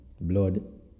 blood